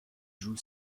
joue